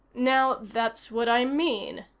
now that's what i mean,